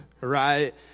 right